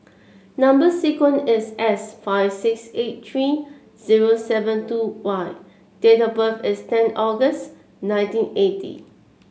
number sequence is S five six eight three zero seven two Y date of birth is ten August nineteen eighty